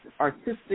artistic